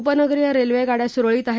उपनगरीय रेल्वे गाड्या सुरळीत आहेत